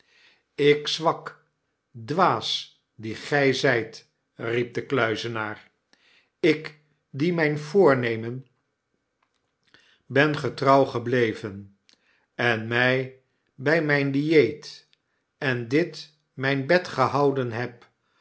jk zwak dwaas die gy zyt riep de kluizenaar jk die myn voornemen ben getrouw gebleven en my by mijn dieet en dit myn bed gehouden heb